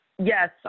Yes